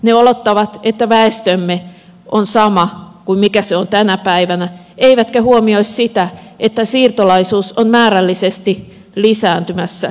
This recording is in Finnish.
ne olettavat että väestömme on sama kuin mikä se on tänä päivänä eivätkä huomioi sitä että siirtolaisuus on määrällisesti lisääntymässä jatkuvasti